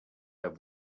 der